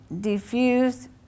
diffused